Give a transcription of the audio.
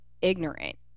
ignorant